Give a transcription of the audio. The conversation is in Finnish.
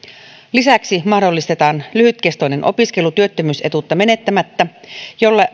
lisäksi mahdollistetaan lyhytkestoinen opiskelu työttömyys etuutta menettämättä jolla